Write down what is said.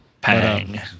Bang